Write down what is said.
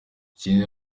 ikindi